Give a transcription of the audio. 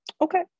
okay